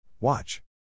Watch